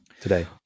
today